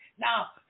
Now